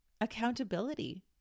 accountability